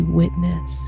witness